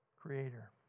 creator